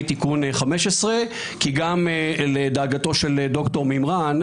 תיקון ,15 כי גם לדאגתו של ד"ר מימרן,